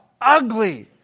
ugly